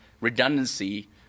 redundancy